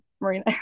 Marina